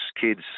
kids